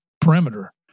perimeter